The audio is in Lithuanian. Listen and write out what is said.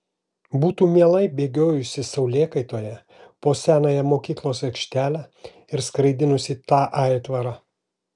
būtų mielai bėgiojusi saulėkaitoje po senąją mokyklos aikštelę ir skraidinusi tą aitvarą